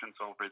over